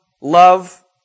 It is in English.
love